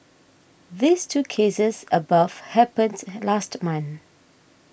these two cases above happened last month